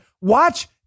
watch